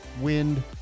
wind